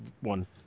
one